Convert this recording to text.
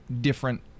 different